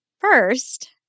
First